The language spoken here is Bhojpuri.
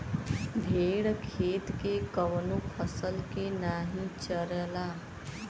भेड़ खेत के कवनो फसल के नाही चरला